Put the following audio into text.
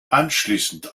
anschließend